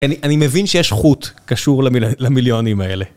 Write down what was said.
אני מבין שיש חוט קשור למיליונים האלה.